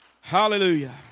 Hallelujah